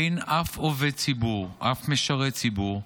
אין אף עובד ציבור, אף משרת ציבור,